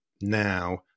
now